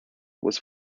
was